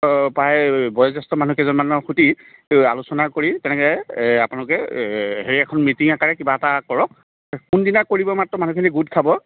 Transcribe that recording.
অ প্ৰায় বয়োজ্যেষ্ঠ মানুহকেইজনমানৰ সৈতে আলোচনা কৰি তেনেকৈ এ আপোনালোকে এ হেৰি এখন মিটিং আকাৰে কিবা এটা কৰক কোনদিনা কৰিব মাত্ৰ মানুহখিনি গোট খাব